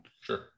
Sure